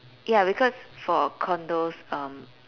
ya because for condos um